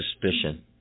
suspicion